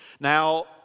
Now